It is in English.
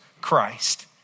Christ